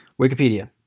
Wikipedia